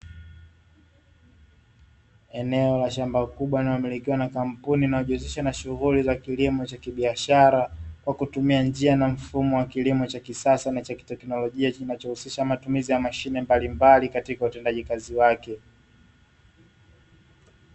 Eneo la shamba kubwa, linalomillikiwa na kampun,i inayojihusisha na shughuli za kilimo cha kibiashara kwa kutumia njia na mifumo ya kilimo cha kisasa na chakiteknolojia kinachohusisha matumizi ya mashine mbalimbali katika utendaji kazi wake.